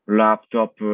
laptop